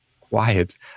quiet